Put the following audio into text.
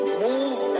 move